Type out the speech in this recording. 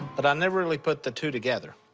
but i never really put the two together.